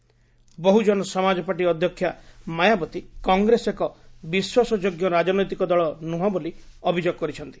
Mayawati Bahujan Samaj party ଅଧ୍ୟକ୍ଷା ମାୟାବତୀ କଂଗ୍ରେସ ଏକ ବିଶ୍ୱାସ ଯୋଗ୍ୟ ରାଜନୈତିକ ଦଳ ନୁହଁ ବୋଲି ଅଭିଯୋଗ କରିଛନ୍ତି